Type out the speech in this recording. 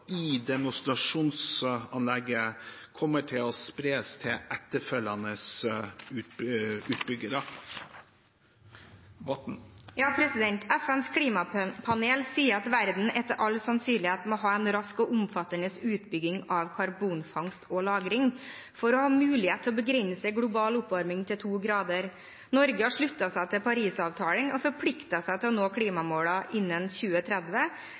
i demonstrasjonsanlegget, kommer til å spres til etterfølgende utbyggere. FNs klimapanel sier at verden etter all sannsynlighet må ha en rask og omfattende utbygging av karbonfangst og -lagring for å ha mulighet til å begrense global oppvarming på 2 grader. Norge har sluttet seg til Parisavtalen og forpliktet seg til å nå klimamålene innen 2030,